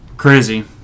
Crazy